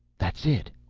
that's it.